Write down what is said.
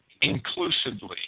inclusively